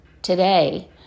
today